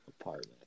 apartment